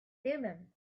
thummim